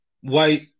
white